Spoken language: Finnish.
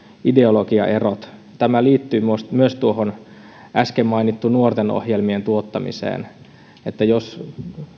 ideologiaerot tämä liittyy myös äsken mainittuun nuortenohjelmien tuottamiseen jos